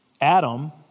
Adam